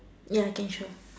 ya can sure